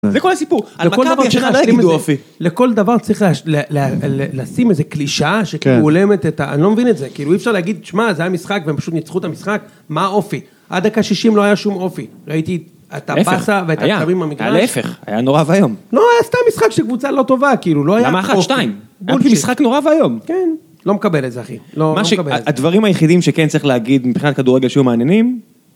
זה כל הסיפור, על מכבי אף אחד לא יגידו אופי. לכל דבר צריך לשים איזו קלישה שכאילו הולמת את ה... אני לא מבין את זה, כאילו, אי אפשר להגיד, שמע, זה היה משחק והם פשוט ניצחו את המשחק, מה האופי? עד דקה-60 לא היה שום אופי, ראיתי את הבאסה ואת הבחרים במגרש. היה להיפך, היה נורא ויום. לא, היה סתם משחק של קבוצה לא טובה, כאילו, לא היה אופי. למה אחת, שתיים? היה פשוט משחק נורא ויום. לא מקבל את זה, אחי, לא מקבל את זה. הדברים היחידים שכן צריך להגיד מבחינת כדורגל שהיו מעניינים